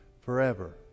forever